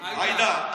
עאידה,